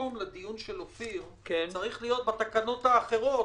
שהמקום של הדיון של אופיר צריך להיות בתקנות האחרות,